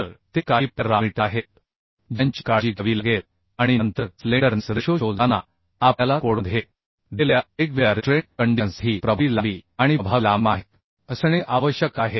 तर ते काही पॅ रामीटर आहेत ज्यांची काळजी घ्यावी लागेल आणि नंतर स्लेंडरनेस रेशो शोधताना आपल्याला कोडमध्ये दिलेल्या वेगवेगळ्या रिस्ट्रेंट कंडिशनसाठी प्रभावी लांबी आणि प्रभावी लांबी माहित असणे आवश्यक आहे